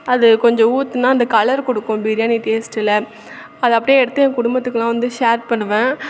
அது கொஞ்சம் ஊத்துனால் அந்த கலர் கொடுக்கும் பிரியாணி டேஸ்ட்டில் அதை அப்படியே எடுத்து குடும்பத்துக்கெலாம் வந்து ஷேர் பண்ணுவேன்